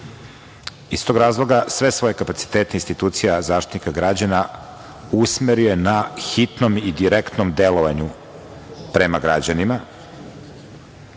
Iz tog razloga, sve svoje kapacitete institucija Zaštitnika građana usmerila je na hitno i direktno delovanje prema građanima.